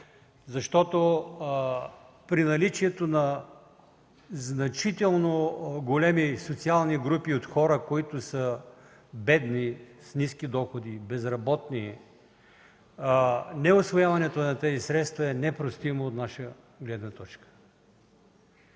защото при наличието на значително големи социални групи от хора, които са бедни, с ниски доходи, безработни, неусвояването на тези средства е непростимо от наша гледна точка.